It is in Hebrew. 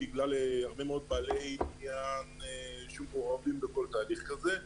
בגלל הרבה מאוד בעלי עניין שמעורבים בכל תהליך כזה.